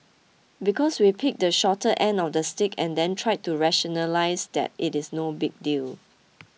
because we picked the shorter end of the stick and then tried to rationalise that it is no big deal